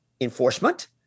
enforcement